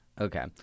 okay